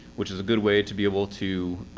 which is a good way to be able to